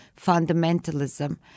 fundamentalism